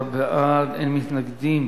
12 בעד, אין מתנגדים,